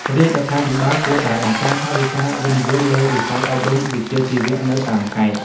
រាជរដ្ឋាភិបាលគួរតែបង្កើនថវិកាវិនិយោគលើវិស័យអប់រំវិជ្ជាជីវៈនៅតាមខេត្ត។